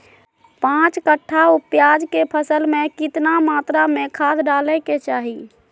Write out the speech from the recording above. पांच कट्ठा प्याज के फसल में कितना मात्रा में खाद डाले के चाही?